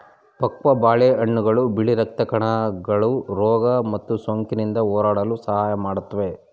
ಪಕ್ವ ಬಾಳೆಹಣ್ಣುಗಳು ಬಿಳಿ ರಕ್ತ ಕಣಗಳು ರೋಗ ಮತ್ತು ಸೋಂಕಿನಿಂದ ಹೋರಾಡಲು ಸಹಾಯ ಮಾಡುತ್ವೆ